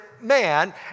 man